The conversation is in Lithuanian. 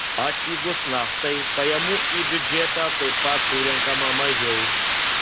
atpigus naftai pajamų į biudžetą taip pat surenkama mažiau